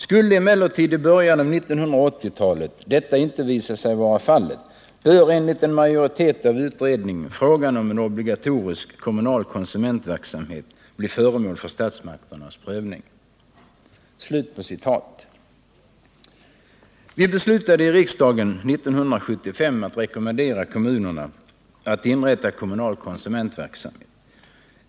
Skulle emellertid i början av 1980-talet detta inte visa sig vara fallet bör enligt en majoritet av utredningen frågan om en obligatorisk kommunal konsumentverksamhet bli föremål för statsmakternas prövning.” Vi beslutade i riksdagen år 1975 att rekommendera kommunerna att inrätta kommunal konsumentverksamhet.